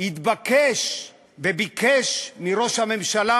התבקש וביקש מראש הממשלה: